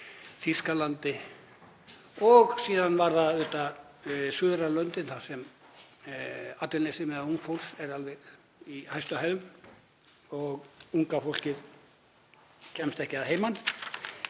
Þýskalandi, og síðan voru það auðvitað suðrænu löndin þar sem atvinnuleysi meðal ungs fólks er alveg í hæstu hæðum og unga fólkið kemst ekki að heiman.